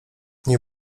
nie